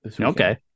Okay